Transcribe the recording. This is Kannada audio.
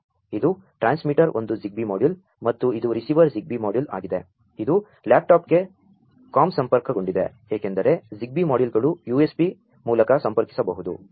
ಇದು ಟ್ರಾ ನ್ಸ್ಮಿಟರ್ ಒಂ ದು Zigbee ಮಾ ಡ್ಯೂ ಲ್ ಮತ್ತು ಇದು ರಿಸೀ ವರ್ ZigBee ಮಾ ಡ್ಯೂ ಲ್ ಆಗಿದೆ ಇದು ಲ್ಯಾ ಪ್ಟಾ ಪ್ಗೆ ಕಾ ಮ್ ಸಂ ಪರ್ಕ ಗೊಂ ಡಿದೆ ಏಕೆಂ ದರೆ Zigbee ಮಾ ಡ್ಯೂ ಲ್ಗಳು ಯು ಎಸ್ಬಿ ಮೂ ಲಕ ಸಂ ಪರ್ಕಿ ಸಬಹು ದು